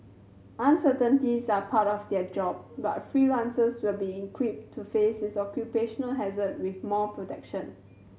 uncertainties are part of their job but freelancers will be equipped to face is occupational hazard with more protection